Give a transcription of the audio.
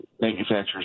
manufacturers